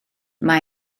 mae